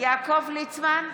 יעקב ליצמן,